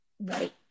Right